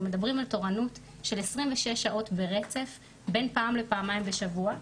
אנחנו מדברים על תורנות של 26 שעות ברצף בין פעם לפעמיים בשבוע,